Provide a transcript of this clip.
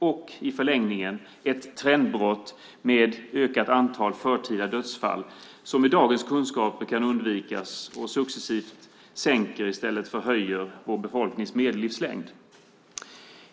Det kan i förlängningen leda till ett trendbrott med ett ökat antal förtida dödsfall som kan undvikas med dagens kunskaper och som successivt sänker i stället för höjer vår befolknings medellivslängd.